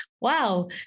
wow